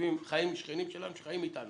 שכנים שלנו שחיים איתנו,